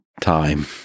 time